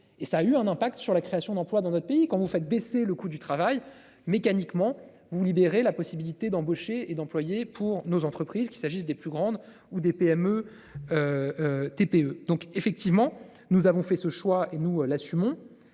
et ça a eu un impact sur la création d'emplois dans notre pays qu'on vous fait baisser le coût du travail. Mécaniquement vous libérer la possibilité d'embaucher et d'employer pour nos entreprises, qu'il s'agisse des plus grandes ou des PME. TPE donc effectivement nous avons fait ce choix et nous l'assumons.